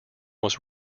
was